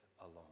alone